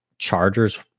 chargers